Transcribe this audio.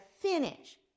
finish